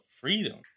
freedom